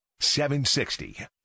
760